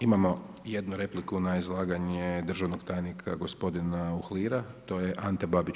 Imamo jednu repliku na izlaganje državnog tajnika gospodina Uhlira, to je Ante Babić.